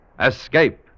Escape